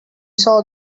saw